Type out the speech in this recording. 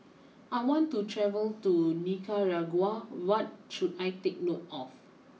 I want to travel to Nicaragua what should I take note of